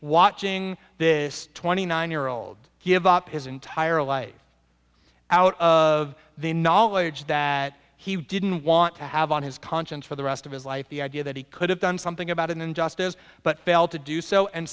watching this twenty nine year old give up his entire life out of the knowledge that he didn't want to have on his conscience for the rest of his life the idea that he could have done something about an injustice but failed to do so and